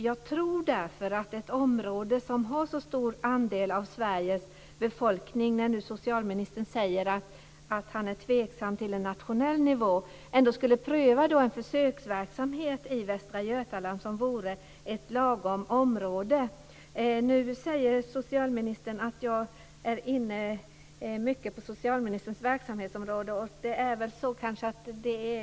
Jag tror därför att vi inom ett område som har en så stor andel av Sveriges befolkning - socialministern säger att han är tveksam till en nationell nivå - ändå skulle pröva en försöksverksamhet i Västra Götaland, som vore ett lagom område. Nu säger socialministern att jag är mycket inne på socialministerns verksamhetsområde.